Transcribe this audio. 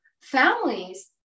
families